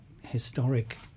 historic